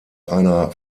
einer